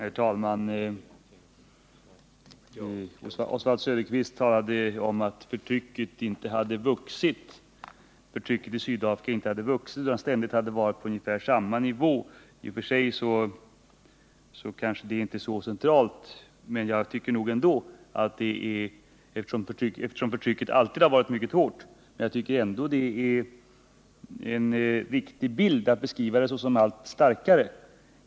Herr talman! Oswald Söderqvist talade om att förtrycket i Sydafrika inte har vuxit utan ständigt har befunnit sig på ungefär samma nivå. I och för sig kanske det inte är så centralt, eftersom förtrycket alltid har varit mycket hårt. Men jag tycker ändå att det är en riktig bild att beskriva förtrycket såsom allt starkare.